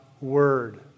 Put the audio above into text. word